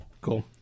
cool